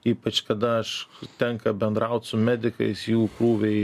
ypač kada aš tenka bendraut su medikais jų krūviai